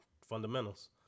fundamentals